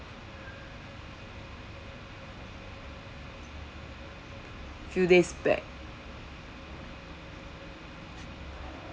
two days back